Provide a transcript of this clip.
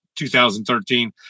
2013